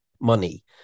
money